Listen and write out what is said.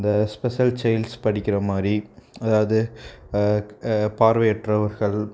இந்த special childs படிக்கிற மாதிரி அதாவது பார்வையற்றவர்கள்